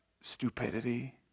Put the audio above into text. stupidity